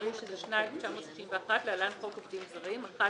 זרים --- להלן חוק עובדים זרים: (11)